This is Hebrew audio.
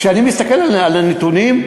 כשאני מסתכל על הנתונים,